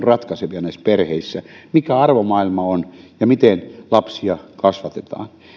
ratkaisevia näissä perheissä siinä mikä arvomaailma on ja miten lapsia kasvatetaan